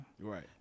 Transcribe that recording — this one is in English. Right